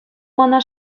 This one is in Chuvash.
мана